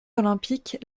olympiques